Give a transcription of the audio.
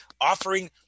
offering